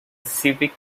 civic